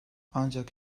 ancak